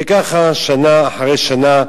וככה שנה אחרי שנה,